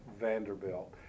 Vanderbilt